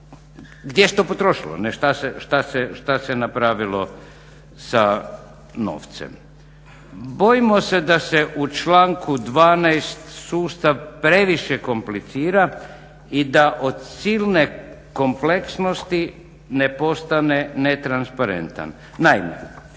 gdje se to potrošilo, šta se napravilo sa novcem. Bojimo se da se u članku 12. sustav previše komplicira i da od silne kompleksnosti ne postane netransparentan. Naime,